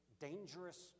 dangerous